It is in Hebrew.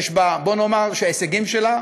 בוא נאמר שההישגים שלה